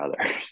others